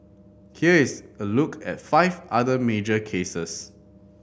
here is a look at five other major cases